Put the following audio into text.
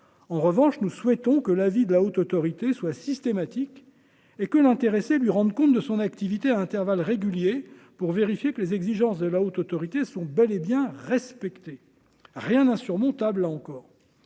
en revanche, nous souhaitons que l'avis de la Haute autorité soit systématique et que l'intéressé lui rende compte de son activité à intervalles réguliers pour vérifier que les exigences de la Haute autorité sont bel et bien respecté, rien d'insurmontable encore